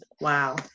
Wow